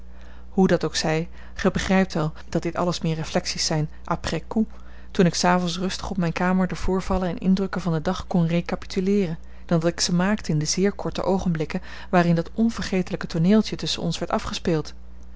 hoe dat ook zij gij begrijpt wel dat dit alles meer reflexies zijn après coup toen ik s avonds rustig op mijne kamer de voorvallen en indrukken van den dag kon recapituleeren dan dat ik ze maakte in de zeer korte oogenblikken waarin dat onvergetelijk tooneeltje tusschen ons werd afgespeeld